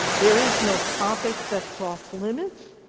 there is no topic that's off limits,